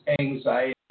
anxiety